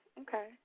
okay